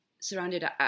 surrounded